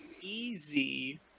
easy